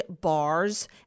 bars